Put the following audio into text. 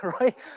right